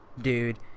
Dude